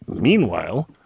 Meanwhile